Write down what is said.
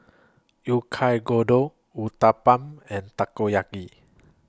Oyakodon Uthapam and Takoyaki